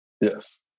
Yes